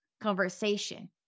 conversation